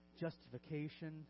justification